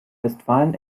westfalen